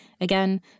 Again